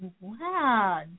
Wow